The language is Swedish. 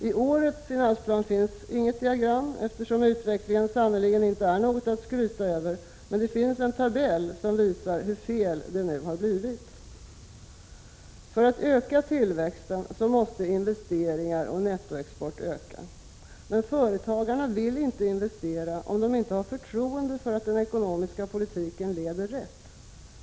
I årets finansplan finns inget diagram, eftersom utvecklingen inte är något att skryta över, men det finns en tabell som visar hur fel det har blivit. För att öka tillväxten måste investeringar och nettoexport öka. Men företagarna vill inte investera, om de inte har förtroende för att den ekonomiska politiken leder rätt.